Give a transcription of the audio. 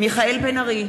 מיכאל בן-ארי,